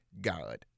God